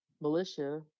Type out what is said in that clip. militia